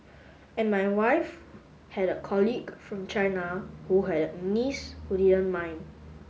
and my wife had a colleague from China who had a niece who didn't mind